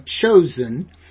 chosen